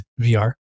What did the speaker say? VR